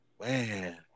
man